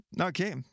Okay